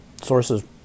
sources